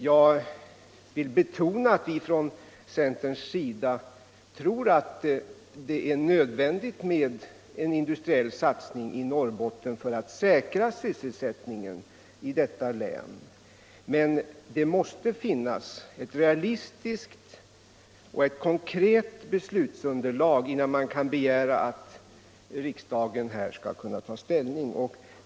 Jag vill betona att vi inom centern tror att det är nödvändigt med en industriell satsning i Norrbotten för att säkra sysselsättningen i detta län. Men det måste finnas ett realistiskt och konkret beslutsunderlag innan man kan begära att riksdagen här skall kunna ta ställning.